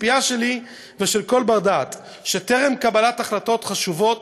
הציפייה שלי ושל כל בר-דעת שטרם קבלת החלטות חשובות